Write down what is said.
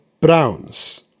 Browns